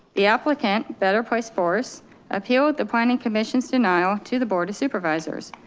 the applicant better price force appeal with the planning commission's denial to the board of supervisors.